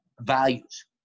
values